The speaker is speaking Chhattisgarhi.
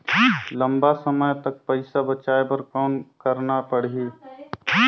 लंबा समय तक पइसा बचाये बर कौन करना पड़ही?